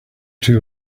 two